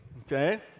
okay